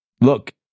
Look